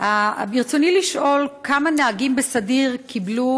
ברצוני לשאול: כמה נהגים בסדיר קיבלו